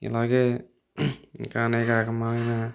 ఇలాగే ఇంకా అనేక రకమైన